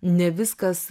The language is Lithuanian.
ne viskas